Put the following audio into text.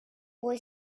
boy